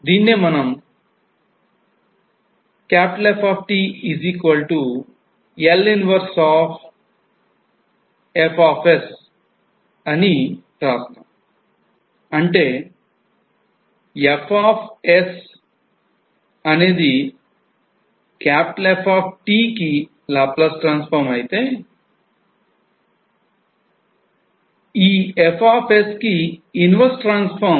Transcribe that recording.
దీన్నే మనం FL 1 f అని రాస్తాం